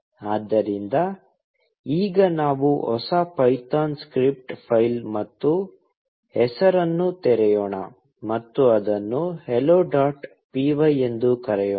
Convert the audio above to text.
ಆದ್ದರಿಂದ ಈಗ ನಾವು ಹೊಸ ಪೈಥಾನ್ ಸ್ಕ್ರಿಪ್ಟ್ ಫೈಲ್ ಮತ್ತು ಹೆಸರನ್ನು ತೆರೆಯೋಣ ಮತ್ತು ಅದನ್ನು hello dot py ಎಂದು ಕರೆಯೋಣ